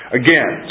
again